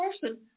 person